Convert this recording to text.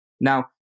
Now